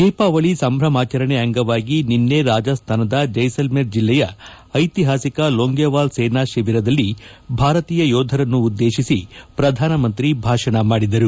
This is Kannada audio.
ದೀಪಾವಳಿ ಸಂಭಾಮಾಜರಣೆ ಅಂಗವಾಗಿ ನಿನ್ನೆ ರಾಜಸ್ಥಾನದ ಜೈಸಲ್ಮೇರ್ ಜಿಲ್ಲೆಯ ಐತಿಹಾಸಿಕ ಲೋಂಗೇವಾಲ್ ಸೇನಾ ಶಿಬಿರದಲ್ಲಿ ಭಾರತೀಯ ಯೋಧರನ್ನು ಉದ್ದೇಶಿಸಿ ಪ್ರಧಾನಮಂತ್ರಿ ಭಾಷಣ ಮಾಡಿದರು